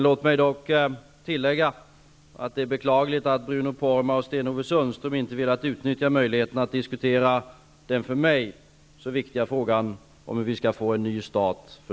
Låt mig dock tillägga, att det är beklagligt att Bruno Poromaa och Sten-Ove Sundström inte velat utnyttja möjligheten att diskutera den för mig så viktiga frågan om hur vi skall få en ny start för